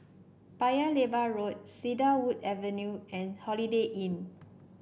Paya Lebar Road Cedarwood Avenue and Holiday Inn